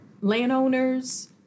landowners